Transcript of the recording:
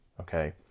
okay